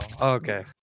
okay